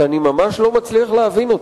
שאני ממש לא מצליח להבין אותה,